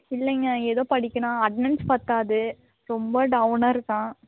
இல்லைங்க ஏதோ படிக்கிறான் அட்டனன்ஸ் பத்தாது ரொம்ப டவுனாக இருக்கான்